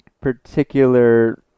particular